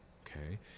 Okay